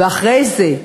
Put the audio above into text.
ואחרי זה,